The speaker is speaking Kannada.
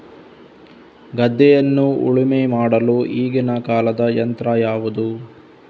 ಗದ್ದೆಯನ್ನು ಉಳುಮೆ ಮಾಡಲು ಈಗಿನ ಕಾಲದ ಯಂತ್ರ ಯಾವುದು?